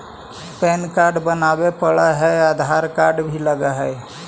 Pan card बनावे पडय है आधार कार्ड भी लगहै?